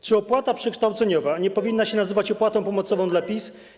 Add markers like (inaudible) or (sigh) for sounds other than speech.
Czy opłata przekształceniowa nie powinna się nazywać (noise) opłatą pomocową dla PiS?